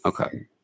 okay